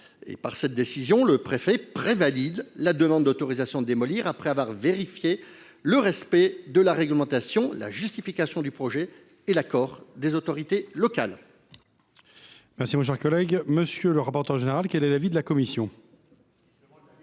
Par cette décision, le préfet prévaliderait la demande d’autorisation de démolir après avoir vérifié le respect de la réglementation, la justification du projet et l’accord des autorités locales.